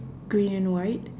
green and white